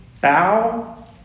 bow